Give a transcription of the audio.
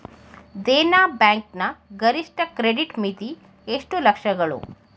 Dena bank ನ ಗರಿಷ್ಠ credit ಮಿತಿ ಎಷ್ಟು ಲಕ್ಷಗಳು?